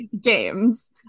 games